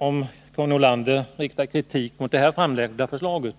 Om fru Nordlander riktar kritik mot det framlagda förslaget